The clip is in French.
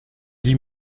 dix